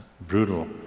Brutal